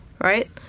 right